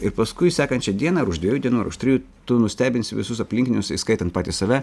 ir paskui sekančią dieną ar už dviejų dienų ar už trijų tu nustebinsi visus aplinkinius įskaitant patį save